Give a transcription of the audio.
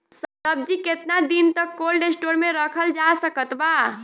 सब्जी केतना दिन तक कोल्ड स्टोर मे रखल जा सकत बा?